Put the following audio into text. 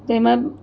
તેમાં